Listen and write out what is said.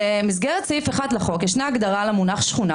במסגרת סעיף 1 לחוק יש הגדרה למונח שכונה,